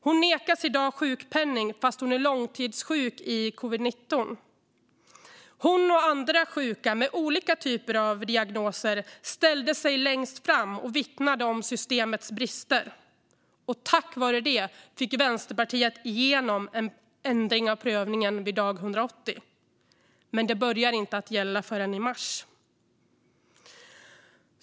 Hon nekas i dag sjukpenning fast hon är långtidssjuk i covid-19. Hon och andra sjuka med olika typer av diagnoser ställde sig längst fram och vittnade om systemets brister. Tack vare det fick Vänsterpartiet igenom en ändring av prövningen vid dag 180. Men det börjar inte att gälla förrän i mars.